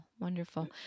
wonderful